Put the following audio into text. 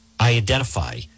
identify